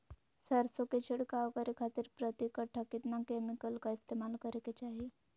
सरसों के छिड़काव करे खातिर प्रति कट्ठा कितना केमिकल का इस्तेमाल करे के चाही?